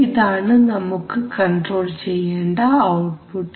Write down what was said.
ഇതാണ് നമുക്ക് കണ്ട്രോൾ ചെയ്യേണ്ട ഔട്ട്പുട്ട്